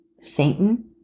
Satan